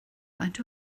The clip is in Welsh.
faint